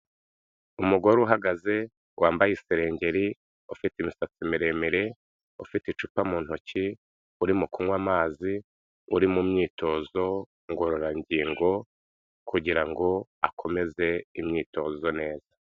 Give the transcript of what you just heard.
Umugore uhagaze wambaye isengeri, ufite imisatsi miremire, ufite icupa mu ntoki urimo kunywa amazi, uri mu myitozo ngororangingo kugira ngo akomeze imyitozo neza.